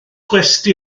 gwesty